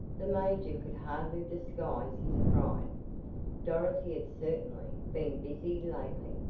the major could hardly disguise his pride dorothy had certainly been busy lately,